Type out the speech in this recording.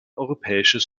europäisches